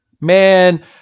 man